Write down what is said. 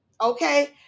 okay